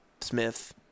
Smith